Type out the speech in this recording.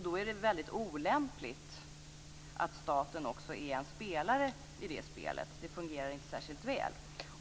Då är det olämpligt att staten också är en spelare i det spelet. Det fungerar inte särskilt väl.